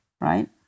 right